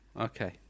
Okay